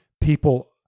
people